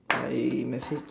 I messaged